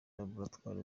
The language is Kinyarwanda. laboratwari